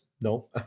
no